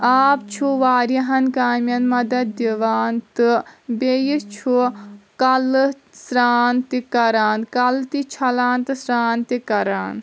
آب چھُ واریاہن کامٮ۪ن مدد دِوان تہٕ بیٚیہِ چھُ کلہٕ سرٛان تہِ کران کلہٕ تہِ چھلان تہٕ سرٛان تہِ کران